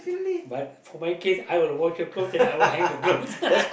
but for my case I will wash the clothes then I will hang the clothes